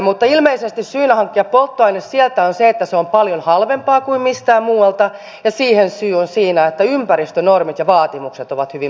mutta ilmeisesti syynä hankkia polttoaine sieltä on se että se on paljon halvempaa kuin missään muualla ja siihen syy on siinä että ympäristönormit ja vaatimukset ovat hyvin matalat